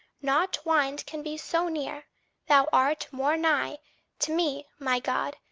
nought twinned can be so near thou art more nigh to me, my god,